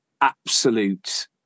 absolute